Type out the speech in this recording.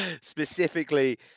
specifically